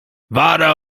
wara